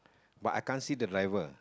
but I can't see the driver